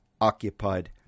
occupied